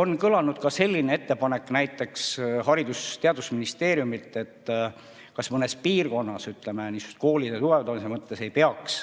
On kõlanud ka selline ettepanek näiteks Haridus‑ ja Teadusministeeriumilt, et kas mõnes piirkonnas, ütleme, niisuguse koolide tugevdamise mõttes ei peaks